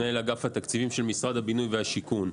מנהל אגף התקציבים של משרד הבינוי והשיכון.